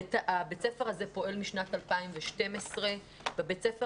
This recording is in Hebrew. בית הספר הזה פועל משנת 2012. בבית הספר